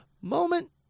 Moment